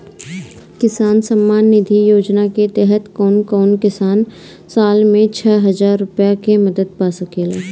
किसान सम्मान निधि योजना के तहत कउन कउन किसान साल में छह हजार रूपया के मदद पा सकेला?